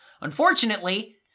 Unfortunately